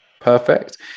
perfect